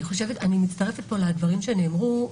אני מצטרפת לדברים שנאמרו פה,